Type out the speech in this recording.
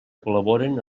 col·laboren